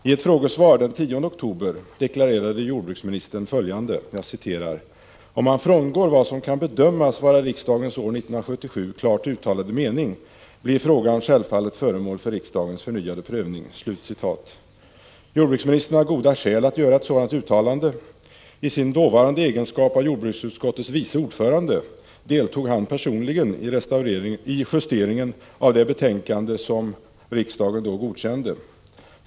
I ett frågesvar den 10 oktober deklarerade jordbruksministern följande: ”Om man frångår vad som kan bedömas vara riksdagens år 1977 klart uttalade mening blir frågan självfallet föremål för riksdagens förnyade prövning.” Jordbruksministern har goda skäl att göra ett sådant uttalande. I egenskap av jordbruksutskottets vice ordförande deltog han personligen i justeringen av det betänkande som riksdagen då godkände.